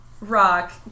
rock